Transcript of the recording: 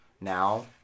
now